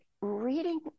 reading